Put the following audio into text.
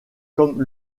comme